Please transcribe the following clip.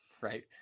right